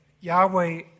Yahweh